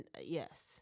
yes